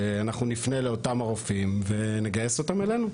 אנחנו נפנה לאותם הרופאים ונגייס אותם אלינו,